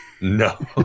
No